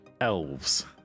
elves